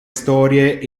storie